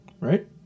Right